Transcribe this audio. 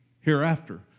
hereafter